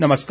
नमस्कार